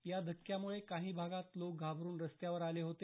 या धक्यामुळे काही भागात लोक घाबरुन रस्त्यावर आले होते